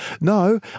No